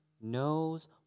knows